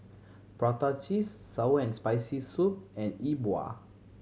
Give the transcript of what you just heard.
prata cheese sour and Spicy Soup and Yi Bua